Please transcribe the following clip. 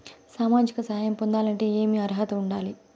సామాజిక సహాయం పొందాలంటే ఏమి అర్హత ఉండాలి?